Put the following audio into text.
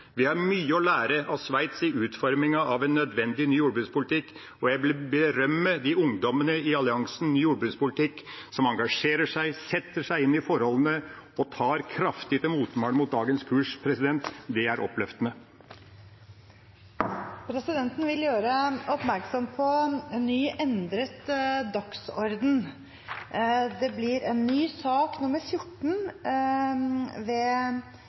Vi har mye å lære av Sveits i utformingen av en nødvendig ny jordbrukspolitikk. Jeg vil berømme ungdommene i Alliansen ny landbrukspolitikk, som engasjerer seg, setter seg inn i forholdene og tar kraftig til motmæle mot dagens kurs. Det er oppløftende. Presidenten vil gjøre oppmerksom på en ny, endret dagsorden. Det blir en ny sak, sak nr. 14,